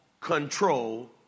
control